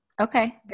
Okay